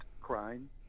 crime